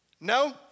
no